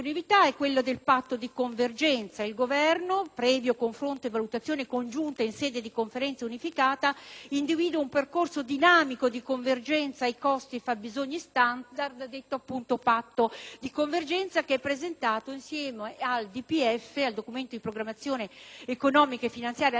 di convergenza: il Governo, previo confronto e valutazione congiunta in sede di Conferenza unificata, individua un percorso dinamico di convergenza ai costi e fabbisogni standard, detto appunto "patto di convergenza", presentato insieme al Documento di programmazione economica e finanziaria alle Camere e che gli enti sono